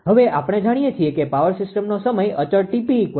હવે આપણે જાણીએ છીએ કે પાવર સિસ્ટમનો સમય અચળ 𝑇𝑝 પણ આપણે જોયો છે